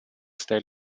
style